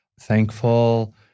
thankful